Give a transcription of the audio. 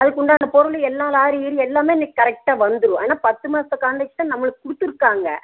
அதுக்கு உண்டான பொருள் எல்லாம் லாரி கீரி எல்லாமே இன்னைக்கு கரெக்டாக வந்துடும் ஏன்னால் பத்து மாதம் காண்ட்ரக்ட்டை நம்மளுக்கு கொடுத்துருக்காங்க